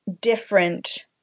different